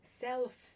self